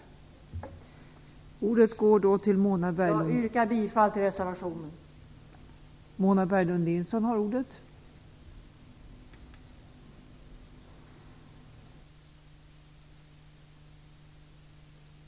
Jag yrkar bifall till reservationen.